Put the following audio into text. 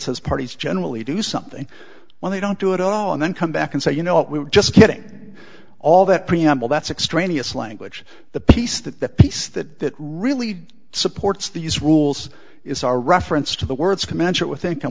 says parties generally do something when they don't do it all and then come back and say you know what we were just kidding all that preamble that's extraneous language the piece that the piece that really supports these rules is our reference to the words commensurate with inc an